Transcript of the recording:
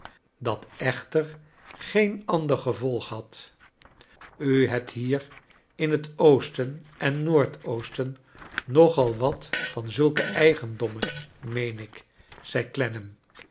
dat echter geen ander gevolg had u hebt hier in het oosten en noordoosten nog al wat van zulke eigendommen meen ik zei